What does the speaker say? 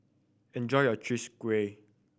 enjoy your Chwee Kueh